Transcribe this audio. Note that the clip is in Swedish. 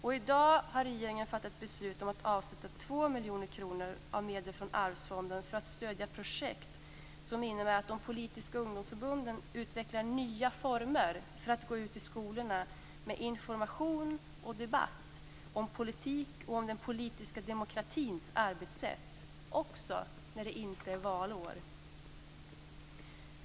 I dag har regeringen fattat beslut om att avsätta 2 miljoner kronor av medel från Arvsfonden för att stödja projekt som innebär att de politiska ungdomsförbunden utvecklar nya former för att gå ut i skolorna med information och debatt om politik och om den politiska demokratins arbetssätt, även när det inte är valår.